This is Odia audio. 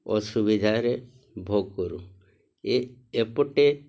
ଅସୁବିଧାରେ ଭୋଗ କରୁ ଏପଟେ